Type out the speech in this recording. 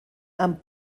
amb